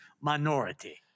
minority